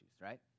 right